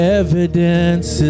evidence